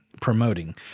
promoting